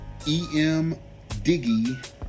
EMDiggy